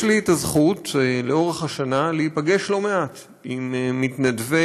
יש לי הזכות להיפגש לאורך השנה לא מעט עם מתנדבי